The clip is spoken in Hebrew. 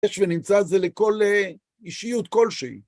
יש ונמצא את זה לכל אישיות כלשהי.